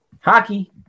Hockey